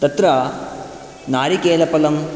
तत्र नारिकेलफलं